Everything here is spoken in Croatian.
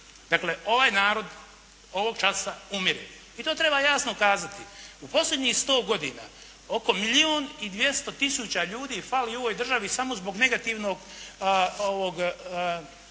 umire. Ovaj narod ovog časa umire. I to treba jasno kazati. U posljednjih 100 godina oko milijun i 200 tisuća ljudi fali u ovoj državi samo zbog negativnog salda